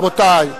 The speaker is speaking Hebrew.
רבותי,